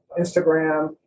Instagram